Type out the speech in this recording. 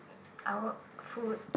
I want food